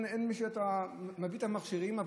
אתה מביא את המכשירים,